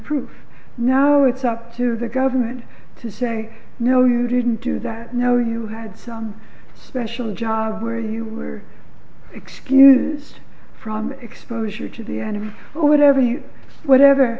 proof now it's up to the government to say no you didn't do that now you had some special job where you were excuses from exposure to the enemy who would never use whatever